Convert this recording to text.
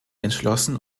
entschlossen